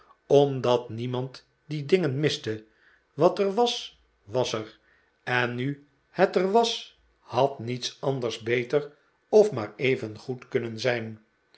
omdat niemand die dingen miste wat er was was er en nu het er was had niets anders beter of maar evengoed kunnen zijn